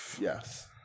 Yes